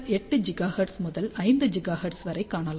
8 gigahertz முதல் 5 gigahertz வரை காணலாம்